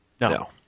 no